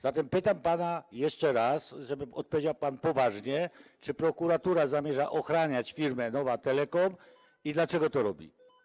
Zatem pytam pana jeszcze raz, żeby odpowiedział pan poważnie: Czy prokuratura zamierza ochraniać firmę Nova Telecom i dlaczego to robi?